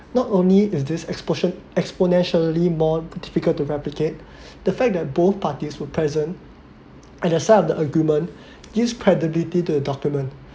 not only is this expulsion exponentially more difficult to replicate the fact that both parties were present at the sign of the agreement gives credibility to a document